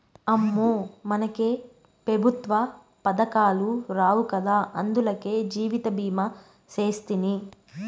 అమ్మో, మనకే పెఋత్వ పదకాలు రావు గదా, అందులకే జీవితభీమా సేస్తిని